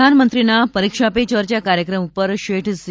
પ્રધાનમંત્રીના પરીક્ષા પે ચર્ચા કાર્યક્રમ ઉપર શેઠ સી